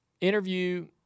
interview